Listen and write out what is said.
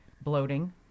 bloating